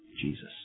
Jesus